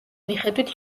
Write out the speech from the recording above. მიხედვით